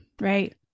right